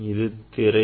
இது திரை